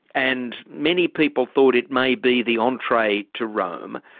and many people thought it may be the entree to rome,